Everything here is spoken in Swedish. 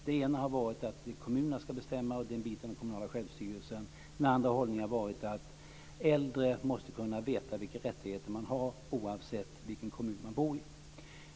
Den ena har varit att kommunerna ska bestämma, och det gäller den kommunala självstyrelsen. Den andra hållningen har varit att äldre måste kunna veta vilka rättigheter de har oavsett vilken kommun de bor i.